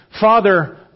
father